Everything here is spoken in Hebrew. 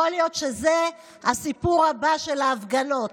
יכול להיות שזה הסיפור הבא של ההפגנות.